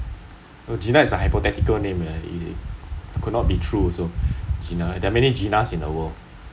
no gina is a hypothetical name uh it it could not be true also gina there's many gina's in the world